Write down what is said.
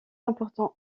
important